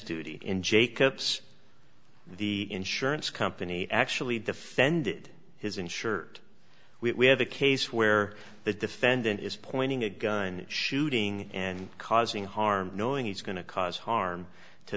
duty in jacob's the insurance company actually defended his insured we have a case where the defendant is pointing a gun shooting and causing harm knowing he's going to cause harm to